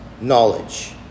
knowledge